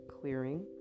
clearing